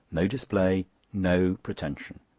no display, no pretension!